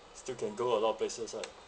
still can go a lot of places right